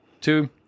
two